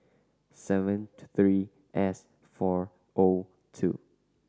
seventh three S four O two